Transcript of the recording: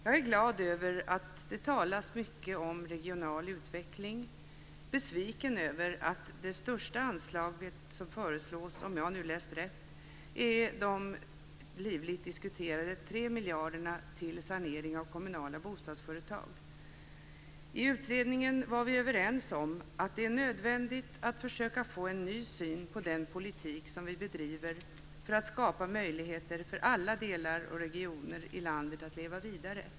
Jag är glad över att det talas mycket om regional utveckling och besviken över att det största anslag som föreslås - om jag nu har läst rätt - är de livligt diskuterade 3 miljarderna till sanering av kommunala bostadsföretag. I utredningen var vi överens om att det är nödvändigt att försöka att få en ny syn på den politik som vi bedriver för att skapa möjligheter för alla delar och regioner i landet att leva vidare.